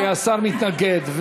כי השר מתנגד.